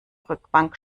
rückbank